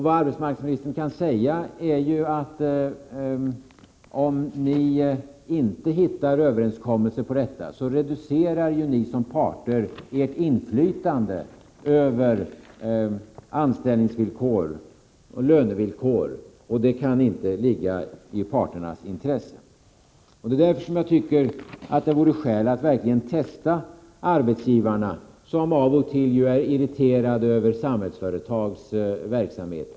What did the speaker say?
Vad arbetsmarknadsministern kan säga till parterna är att om de inte uppnår överenskommelser om detta, så reducerar de som parter sitt inflytande över anställningsvillkor och lönevillkor. Det kan inte ligga i parternas intresse. Det är därför jag tycker att det vore skäl att verkligen testa arbetsgivarna, som t.ex. av och till är irriterade över Samhällsföretags verksamhet.